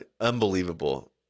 unbelievable